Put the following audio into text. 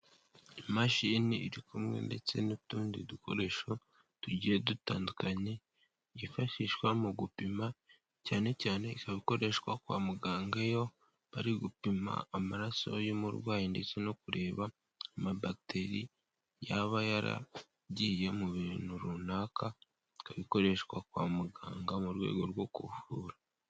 Imashini iri kumwe ndetse n'utundi dukoresho tugiye dutandukanye, byifashishwa mu gupima cyane cyane ikaba ikoreshwa kwa muganga iyo bari gupima amaraso y'umurwayi ndetse no kureba amagibateri yaba yaragiye mu bintu runaka, ikaba ikoreshwa kwa muganga mu rwego rwo kuvura.